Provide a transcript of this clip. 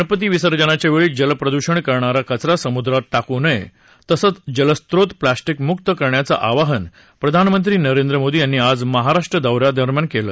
गणपती विसर्जनाच्या वेळी जलप्रदूषण करणारा कचरा समुद्रात टाकू नये तसंच जलस्रोत प्लॅस्टिक मुक्त करण्याचं आवाहन प्रधानमंत्री नरेंद्र मोदी यांनी आज महाराष्ट्र दौऱ्या दरम्यान केलं